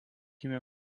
gimė